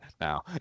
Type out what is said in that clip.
now